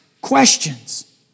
questions